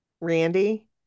randy